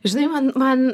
žinai man man